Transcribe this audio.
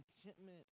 Contentment